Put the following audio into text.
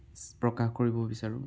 প্ৰকাশ কৰিব বিচাৰোঁ